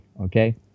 okay